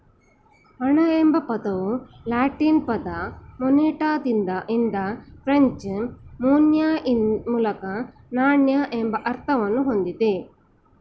ಹಣ ಎಂಬ ಪದವು ಲ್ಯಾಟಿನ್ ಪದ ಮೊನೆಟಾದಿಂದ ಫ್ರೆಂಚ್ ಮೊನ್ಯೆ ಮೂಲಕ ನಾಣ್ಯ ಎಂಬ ಅರ್ಥವನ್ನ ಹೊಂದಿದೆ